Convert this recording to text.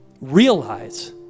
Realize